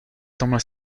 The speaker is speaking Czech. tomhle